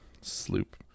Sloop